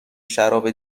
شراب